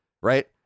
Right